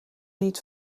niet